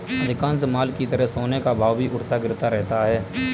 अधिकांश माल की तरह सोने का भाव भी उठता गिरता रहता है